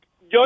Yo